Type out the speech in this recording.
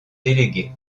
déléguées